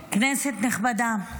כנסת נכבדה,